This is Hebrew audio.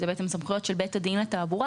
כך שבית הדין לתעבורה